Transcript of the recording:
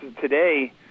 today